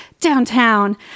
Downtown